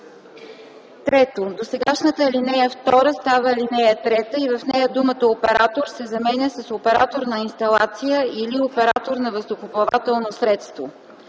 3. Досегашната ал. 2 става ал. 3 и в нея думата „Оператор” се заменя с „Оператор на инсталация или оператор на въздухоплавателно средство”.